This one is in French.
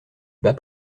bas